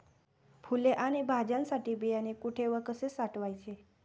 फुले आणि भाज्यांसाठी बियाणे कुठे व कसे साठवायचे?